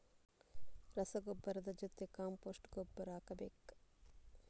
ರಸಗೊಬ್ಬರದ ಜೊತೆ ಕಾಂಪೋಸ್ಟ್ ಗೊಬ್ಬರ ಹಾಕಬೇಕಾ?